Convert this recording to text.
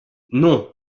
non